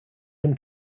him